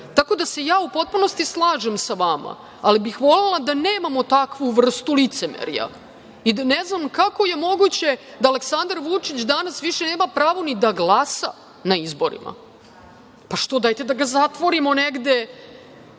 da, ja se u potpunosti slažem sa vama, ali bih volela da nemamo takvu vrstu licemerja. Ne znam kako je moguće da Aleksandar Vučić danas više nema pravo ni da glasa na izborima. Pa, što? Dajte da ga zatvorimo negde,